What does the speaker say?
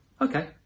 Okay